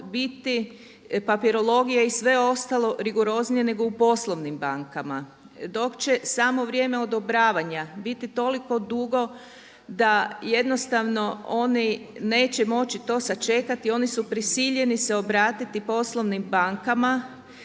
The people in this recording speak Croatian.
biti papirologije i sve ostalo rigoroznije nego u poslovnim bankama, dok će samo vrijeme odobravanja biti toliko dugo da jednostavno oni neće moći to sačekati oni su prisiljeni se obratiti poslovnim bankama